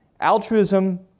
Altruism